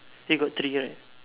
here got three right